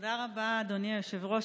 תודה רבה, אדוני היושב-ראש.